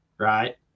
Right